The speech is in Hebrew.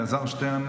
אלעזר שטרן,